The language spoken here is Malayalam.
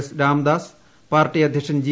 എസ് രാമദാസ് പാർട്ടി അദ്ധ്യക്ഷൻ ജി